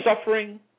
suffering